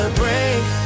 break